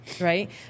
Right